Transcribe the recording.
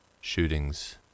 shootings